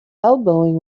elbowing